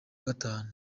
gatanu